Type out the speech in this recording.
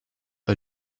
her